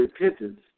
repentance